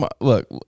Look